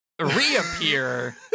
reappear